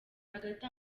hagati